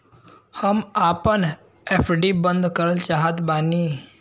हम आपन एफ.डी बंद करल चाहत बानी